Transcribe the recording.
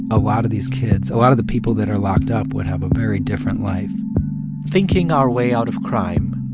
a lot of these kids, a lot of the people that are locked up, would have a very different life thinking our way out of crime,